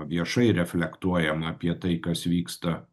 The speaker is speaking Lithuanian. viešai reflektuojama apie tai kas vyksta